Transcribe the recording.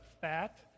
fat